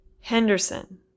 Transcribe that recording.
Henderson